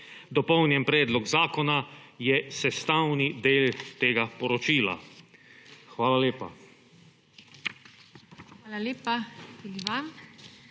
Dopolnjen predlog zakona je sestavni del tega poročila. Hvala lepa.